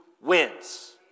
wins